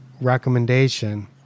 recommendation